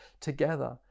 together